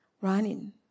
running